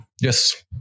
Yes